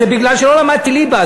זה בגלל שלא למדתי ליבה,